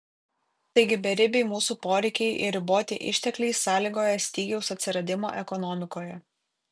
taigi beribiai mūsų poreikiai ir riboti ištekliai sąlygoja stygiaus atsiradimą ekonomikoje